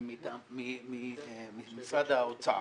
ממשרד האוצר,